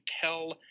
tell